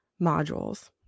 modules